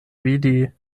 vidi